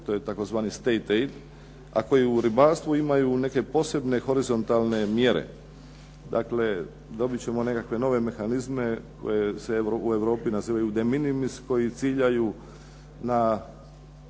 se ne razumije./… a koji u ribarstvu imaju neke posebne horizontalne mjere. Dakle dobit ćemo nekakve nove mehanizme koji se u Europi nazivaju deminimis koji ciljaju na